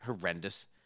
horrendous